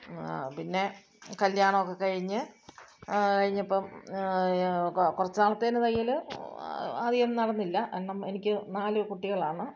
പിന്നെ കല്ല്യാണമൊക്കെ കഴിഞ്ഞ് കഴിഞ്ഞപ്പം കൊ കുറച്ചു നാളത്തേന് തയ്യൽ അധികമൊന്നും നടന്നില്ല കാരണം എനിക്കു നാല് കുട്ടികളാണെന്ന്